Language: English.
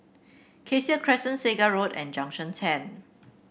Cassia Crescent Segar Road and Junction Ten